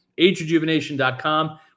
AgeRejuvenation.com